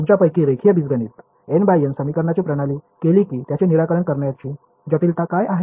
तुमच्यापैकी रेखीय बीजगणित n × n समीकरणांची प्रणाली केली की त्यांचे निराकरण करण्याची जटिलता काय आहे